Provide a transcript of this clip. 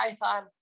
python